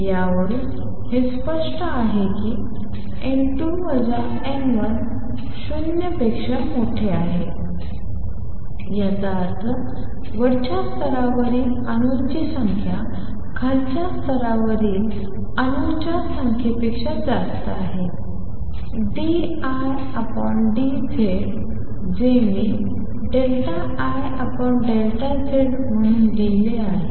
यावरून हे स्पष्ट आहे की n2 n1 0 पेक्षा मोठे असल्यास याचा अर्थ वरच्या स्तरावरील अणूंची संख्या खालच्या स्तरावरील अणूंच्या संख्येपेक्षा जास्त आहे d I d Z जे मी IZम्हणून लिहित आहे